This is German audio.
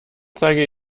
zeige